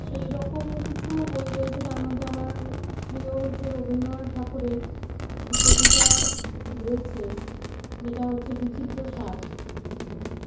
সেই রকম কিছু বই রয়েছে তার মধ্যে আমার প্রিয় হচ্ছে রবীন্দ্রনাথ ঠাকুরের একটি কবিতা রয়েছে যেটা হচ্ছে বিচিত্র স্বাদ